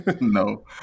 No